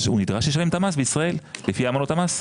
הוא ישלם את המס בישראל לפי אמנות המס.